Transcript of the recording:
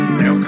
no